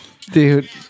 Dude